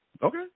Okay